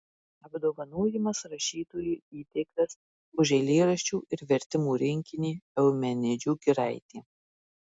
apdovanojimas rašytojui įteiktas už eilėraščių ir vertimų rinkinį eumenidžių giraitė